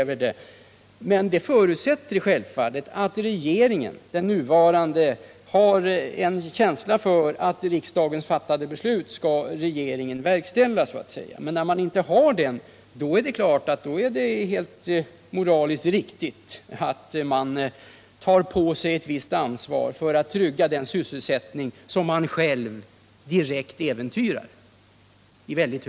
Detta förutsätter självfallet att den nuvarande regeringen har känsla för att av riksdagen fattade beslut skall verkställas av regeringen. Men har man inte den känslan, så är det naturligtvis moraliskt riktigt att ta på sig ett ansvar för att trygga den sysselsättning som man själv i mycket hög grad direkt äventyrar i Forsmark.